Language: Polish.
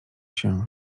się